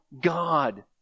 God